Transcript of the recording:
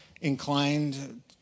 inclined